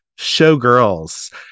showgirls